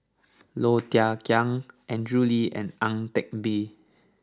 Low Thia Khiang Andrew Lee and Ang Teck Bee